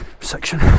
section